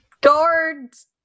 Guards